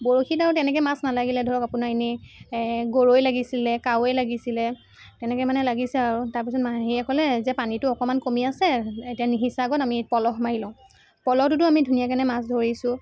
বৰশীত আৰু তেনেকৈ মাছ নালাগিলে ধৰক আপোনাৰ এনে গৰৈ লাগিছিলে কাৱৈ লাগিছিলে তেনেকৈ মানে লাগিছে আৰু তাৰপাছত মাহীয়ে ক'লে যে পানীটো অকণমান কমি আছে এতিয়া নিসিঁচা আগত আমি পল মাৰি লওঁ পলটোতো আমি ধুনীয়া কেনে মাছ ধৰিছো